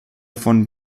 von